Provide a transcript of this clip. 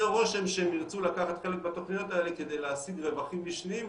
עושה רושם שהם ירצו לקחת חלק בתוכניות האלה כדי להשיג רווחים משניים,